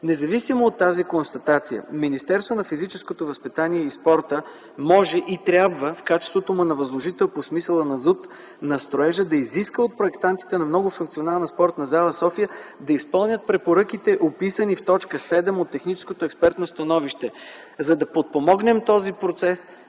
Независимо от тази констатация Министерството на физическото възпитание и спорта може и трябва в качеството му на възложител по смисъла на Закона за устройство на територията на строежа да изиска от проектантите на Многофункционална спортна зала – София, да изпълнят препоръките, описани в т. 7 от техническото експертно становище. За да подпомогнем този процес